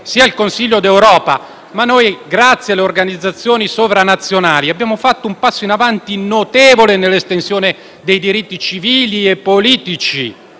come il Consiglio d'Europa. Tuttavia, è proprio grazie alle organizzazioni sovranazionali che abbiamo fatto un passo in avanti notevole nell'estensione dei diritti civili e politici